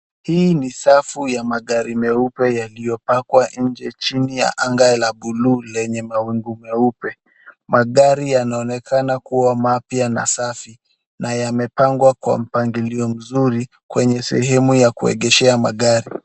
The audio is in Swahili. Hii ni safu ya magari meupe yaliyopangwa inje chini ya anga la (cs) blue (cs) lenye mawingu meupe. Magari yanaonekana kuwa mapya na safi, na yenye yamepangwa kwa mpangilio mzuri kwenye sehemu ya kuengeshea magari.